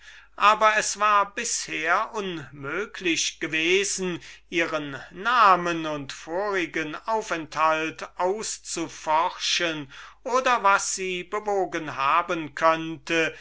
aber es war bisher unmöglich gewesen ihren namen und vorigen aufenthalt oder was sie bewogen haben könnte